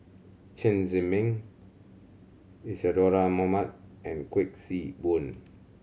Chen Zhiming Isadhora Mohamed and Kuik Swee Boon